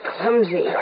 clumsy